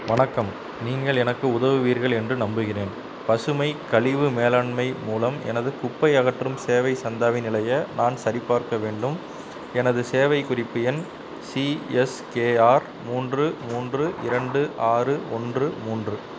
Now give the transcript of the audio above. வணக்கம் நீங்கள் எனக்கு உதவுவீர்கள் என்று நம்புகிறேன் பசுமை கழிவு மேலாண்மை மூலம் எனது குப்பை அகற்றும் சேவை சந்தாவின் நிலைய நான் சரிபார்க்க வேண்டும் எனது சேவை குறிப்பு எண் சிஎஸ்கேஆர் மூன்று மூன்று இரண்டு ஆறு ஒன்று மூன்று